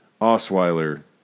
Osweiler